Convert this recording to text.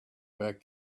back